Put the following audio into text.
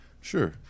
sure